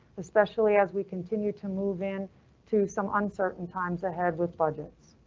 especially as we continue to move in to some uncertain times ahead with budgets.